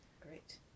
great